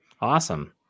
Awesome